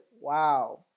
Wow